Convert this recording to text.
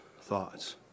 thoughts